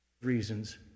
reasons